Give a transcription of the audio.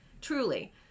Truly